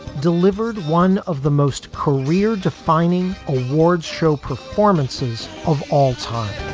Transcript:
delivered one of the most career defining award show performances of all time